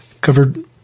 Covered